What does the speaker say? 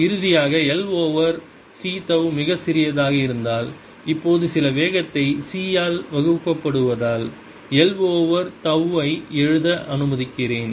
இறுதியாக l over C tau மிகச் சிறியதாக இருந்தால் இப்போது சில வேகத்தை C ஆல் வகுக்கப்படுவதால் l ஓவர் தவ் ஐ எழுத அனுமதிக்கிறேன்